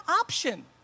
option